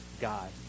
God